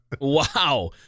wow